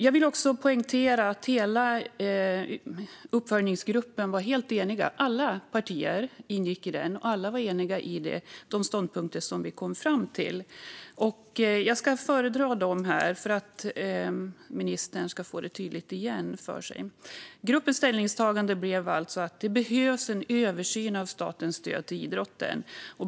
Jag vill också poängtera att vi i uppföljningsgruppen, där alla partier ingick, var eniga i de ståndpunkter vi kom fram till. Jag ska föredra dem så att ministern får dem tydliga för sig. Gruppens ställningstagande blev att det behövs en översyn av statens stöd till idrotten.